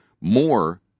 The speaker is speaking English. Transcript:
more